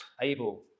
able